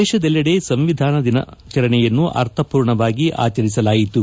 ದೇಶದೆಲ್ಲೆಡೆ ಸಂವಿಧಾನ ದಿನಾಚರಣೆಯನ್ನು ಅರ್ಥಮೂರ್ಣವಾಗಿ ಆಚರಿಸಲಾಯಿತು